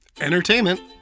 entertainment